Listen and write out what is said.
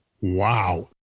Wow